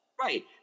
Right